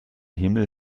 himmel